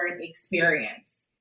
experience